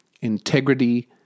integrity